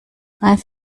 eines